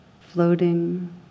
floating